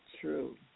true